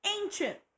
ancient